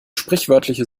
sprichwörtliche